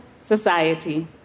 society